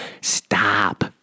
Stop